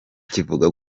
kivuga